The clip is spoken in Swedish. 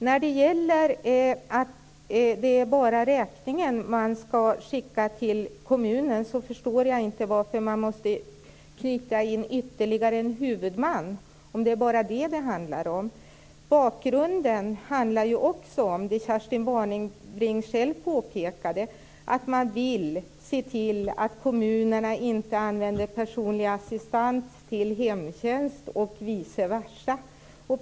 I frågan om att det bara är räkningen som skall skickas till kommunen vill jag säga att jag inte förstår varför man skall knyta till ytterligare en huvudman, om det är bara det som det handlar om. Bakgrunden är, som Kerstin Warnerbring själv påpekade, att man vill se till att kommunerna inte använder personlig assistans till hemtjänst och vice versa.